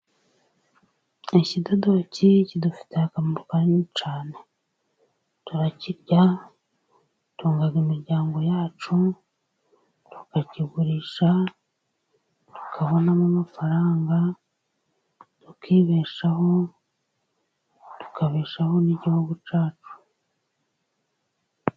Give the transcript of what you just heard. Ikidodo kidufitiye akamaro kanini cyane, turakirya, gitunga imiryango yacu, turakigurisha tukabonamo amafaranga, tukibeshaho tukabeshaho n'igihugu cyacu.